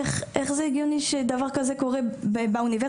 איך זה הגיוני שדבר כזה קורה באוניברסיטה,